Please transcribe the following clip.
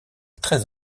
treize